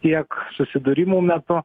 tiek susidūrimų metu